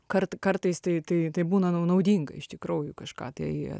kar kartais tai tai būna nau naudinga iš tikrųjų kažką tai